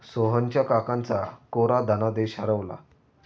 सोहनच्या काकांचा कोरा धनादेश हरवला